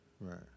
Right